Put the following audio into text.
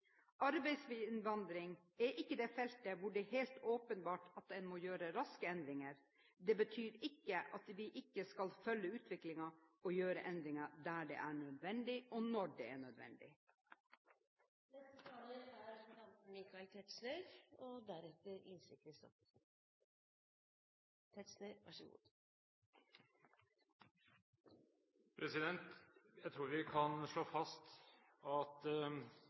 Arbeidsinnvandring er ikke det feltet hvor det er helt åpenbart at en må gjøre raske endringer. Det betyr ikke at vi ikke skal følge utviklingen og gjøre endringer der det er nødvendig, og når det er nødvendig. Jeg tror vi kan slå fast at arbeidsinnvandring er et ubetinget gode. Det som er ulykken i vår tid, er at